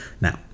Now